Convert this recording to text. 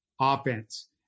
offense